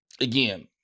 again